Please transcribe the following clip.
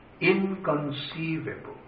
Inconceivable